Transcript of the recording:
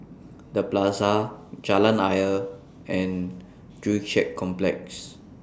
The Plaza Jalan Ayer and Joo Chiat Complex